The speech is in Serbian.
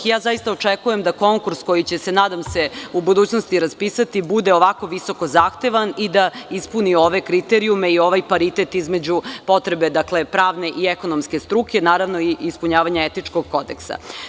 Očekuje da konkurs koji će se nadam se u budućnosti raspisati, bude ovako visoko zahtevan i da ispuni ove kriterijume i ovaj paritet između potrebe pravne i ekonomske struke, naravno i ispunjavanje etičkog kodeksa.